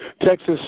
Texas